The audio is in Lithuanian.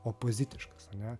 opozitiškas ane